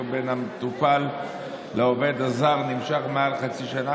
בין המטופל לעובד הזר נמשך מעל חצי שנה,